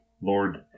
Lord